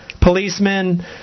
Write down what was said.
policemen